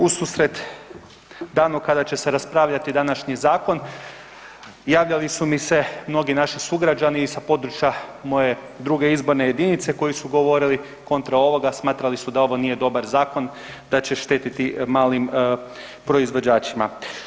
Ususret danu kada će se raspravljati današnji zakon javljali su mi se mnogi naši sugrađani sa područja moje 2.izborne jedinice koji su govorili kontra ovoga, smatrali su da ovo nije dobar zakon, da će štetiti malim proizvođačima.